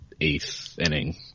eighth-inning